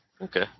Okay